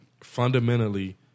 fundamentally